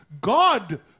god